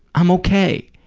i'm okay.